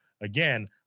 Again